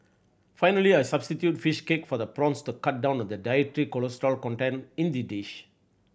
finally I substitute fish cake for the prawns to cut down on the dietary cholesterol content in the dish